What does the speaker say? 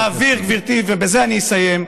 ולהעביר, גברתי, ובזה אני אסיים,